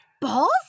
Balls